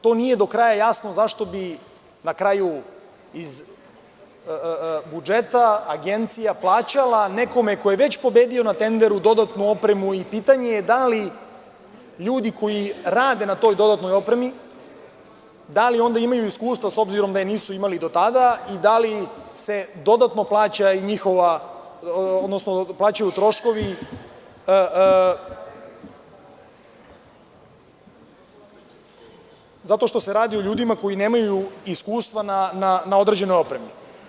To nije do kraja jasno, zašto bi iz budžeta Agencija plaćala nekome ko je već pobedio na tenderu dodatnu opremu i pitanje je da li ljudi koji rade na toj dodatnoj opremi, da li onda imaju iskustva, s obzirom da je nisu imali do tada i da li se dodatno plaćaju troškovi, zato što se radi o ljudima koji nemaju iskustva na određenoj opremi?